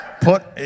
put